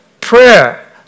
prayer